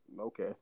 Okay